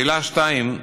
לשאלה 2: